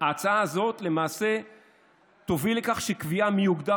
ההצעה הזאת למעשה תוביל לכך שקביעה מי יוגדר